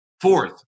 Fourth